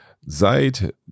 seit